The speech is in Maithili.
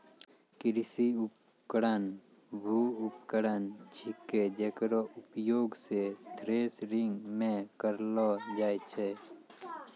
कृषि उपकरण वू उपकरण छिकै जेकरो उपयोग सें थ्रेसरिंग म करलो जाय छै